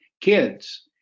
kids